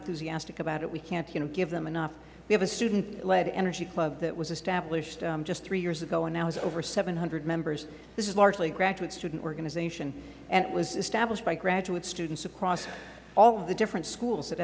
enthusiastic about it we can't give them enough we have a student led energy club that was established just three years ago and now it is over seven hundred members this is largely a graduate student organization and it was established by graduate students across all of the different schools at